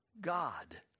God